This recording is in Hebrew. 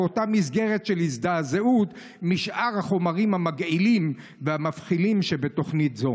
באותה מסגרת של הזדעזעות משאר החומרים המגעילים והמבחילים שבתוכנית זאת.